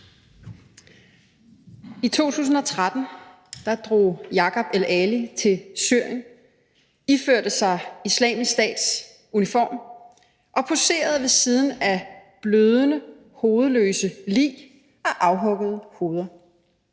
I 2013 drog Jacob el-Ali til Syrien og iførte sig Islamisk Stats uniform og poserede ved siden af blødende, hovedløse lig og afhuggede hoveder.